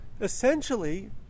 essentially